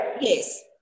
Yes